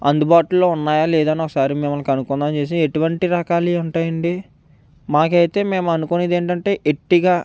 అందుబాటులో ఉన్నాయా లేదా అని ఒకసారి మిమ్మల్ని కనుక్కుందాం అనేసి ఎటువంటి రకాలు ఉంటాయండి మాకైతే మేమనుకునేది ఏంటంటే ఎర్టిగా